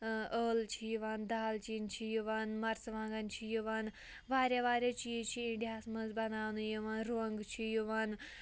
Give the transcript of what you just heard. ٲلہٕ چھِ یِوان دالچیٖن چھِ یِوان مَرژٕوانٛگَن چھِ یِوان واریاہ واریاہ چیٖز چھِ اِنڈیاہَس منٛز بَناونہٕ یِوان روٚنٛگ چھِ یِوان